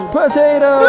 potato